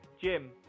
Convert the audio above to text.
jim